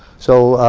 so,